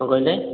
କ'ଣ କହିଲେ